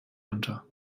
unter